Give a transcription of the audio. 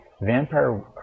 Vampire